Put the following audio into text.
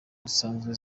zisanzwe